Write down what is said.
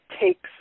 takes